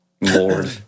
lord